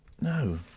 No